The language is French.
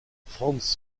franz